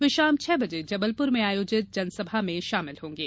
वे शाम छह बजे जबलपुर में आयोजित जनसभा में शामिल होंगे